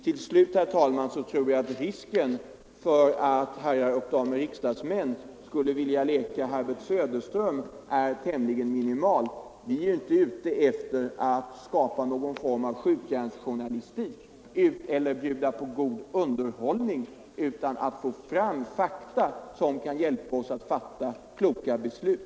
Till slut, herr talman, tror jag att risken för att herrar och damer riksdagsledamöter skulle vilja leka Herbert Söderström är tämligen minimal Vi är inte ute efter att skapa någon form av skjutjärnsjournalistik eller bjuda på underhållning, utan vi vill få fram fakta som kan hjälpa oss att fatta kloka beslut.